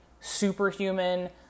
superhuman